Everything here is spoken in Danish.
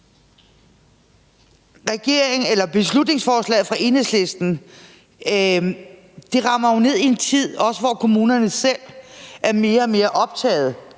Beslutningsforslaget fra Enhedslisten rammer jo ned i en tid, hvor kommunerne selv er mere og mere optaget